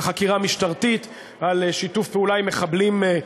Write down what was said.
בחקירה משטרתית על שיתוף פעולה עם מחבלים,